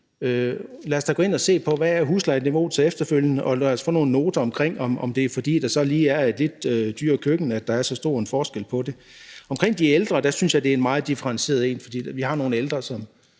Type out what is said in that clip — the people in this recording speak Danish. Lad os da gå ind at se på, hvad huslejeniveauet så er efterfølgende, og lad os få nogle noter omkring, om det er, fordi der så lige er et lidt dyrere køkken, at der er så stor en forskel på det. I forhold til de ældre synes jeg, det er meget differentieret, for vi har nogle ældre, som